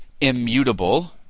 immutable